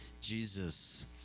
Jesus